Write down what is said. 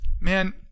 Man